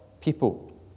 people